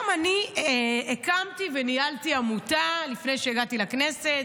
גם אני הקמתי וניהלתי עמותה לפני שהגעתי לכנסת,